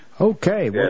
Okay